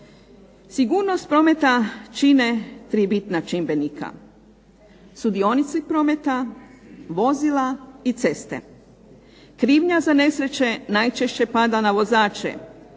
Sigurnost prometa čine tri bitna čimbenika. Sudionici prometa, vozila i ceste. Krivnja za nesreće najčešće pada na vozače